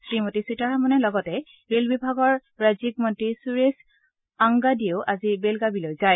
শ্ৰীমতী সীতাৰমণৰ লগতে ৰেল বিভাগৰ ৰাজ্যিক মন্ত্ৰী সুৰেশ আংগাদিয়েও আজি বেলগাবিলৈ যায়